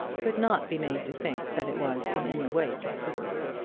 could not be made to think that it was in any way considerable.